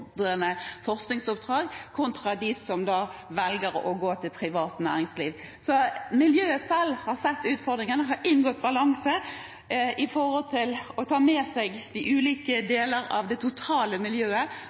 forskningsoppdrag, og antallet som velger å gå til privat næringsliv. Miljøet selv har sett utfordringene og har forsøkt å få til balanse ved å ta med seg de ulike deler av det totale miljøet.